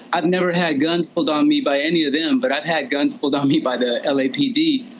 i've never had guns pulled on me by any of them. but i've had guns pulled on me by the l. a. p. d.